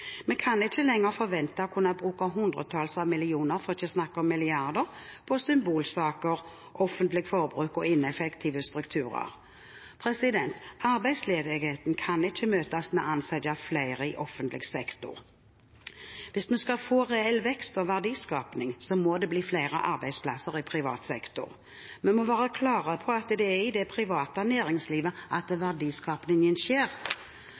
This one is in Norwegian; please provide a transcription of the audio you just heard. Vi kan ikke lenger forvente å kunne bruke hundretalls millioner kroner – for ikke å snakke om milliarder – på symbolsaker, offentlig forbruk og ineffektive strukturer. Arbeidsledigheten kan ikke møtes med å ansette flere i offentlig sektor. Hvis vi skal få reell vekst og verdiskaping, må det bli flere arbeidsplasser i privat sektor. Vi må være klare på at det er i det private næringslivet at verdiskapingen skjer.